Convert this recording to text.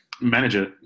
manager